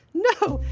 no,